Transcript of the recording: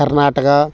Karnataka